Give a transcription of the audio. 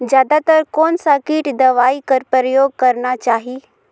जादा तर कोन स किट दवाई कर प्रयोग करना चाही?